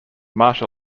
martial